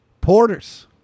Porters